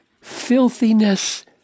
filthiness